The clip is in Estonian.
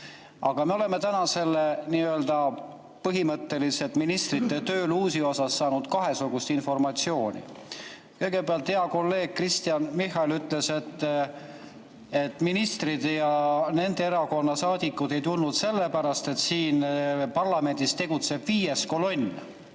Aga me oleme täna selle põhimõtteliselt nii-öelda ministrite tööluusi kohta saanud kahesugust informatsiooni. Kõigepealt ütles hea kolleeg Kristen Michal, et ministrid ja nende erakonna saadikud ei tulnud sellepärast, et siin parlamendis tegutseb viies kolonn.